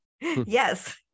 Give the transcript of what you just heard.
yes